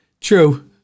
True